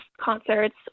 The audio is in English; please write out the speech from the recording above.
concerts